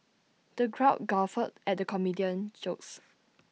the crowd guffawed at the comedian's jokes